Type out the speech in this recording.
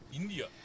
India